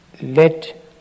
let